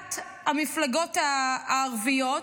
בפסילת המפלגות הערביות,